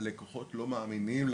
הלקוחות לא מאמינים לנו.